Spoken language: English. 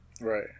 Right